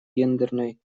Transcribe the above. гендерной